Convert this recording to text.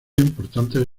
importantes